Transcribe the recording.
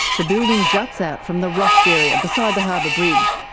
the building juts out from the rocks area, beside the harbour bridge,